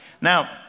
Now